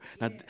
Now